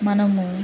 మనము